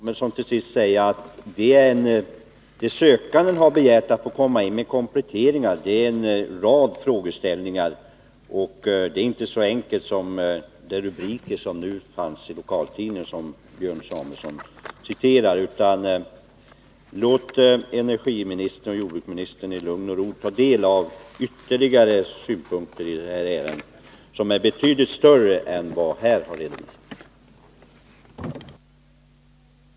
Herr talman! Låt mig bara till sist säga att de sökande har begärt att få komma in med kompletteringar. Det finns en rad frågeställningar, och det är inte så enkelt som det antyds i rubrikerna i den lokaltidning som Björn Samuelson citerade. Låt energiministern och jordbruksministern i lugn och ro ta del av ytterligare synpunkter i ärendet, som alltså är betydligt större än vad som har framgått av det sagda.